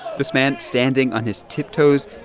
this man standing on his tiptoes,